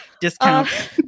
discount